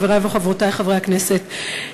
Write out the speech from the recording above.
חברי וחברותי חברי הכנסת,